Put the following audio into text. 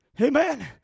Amen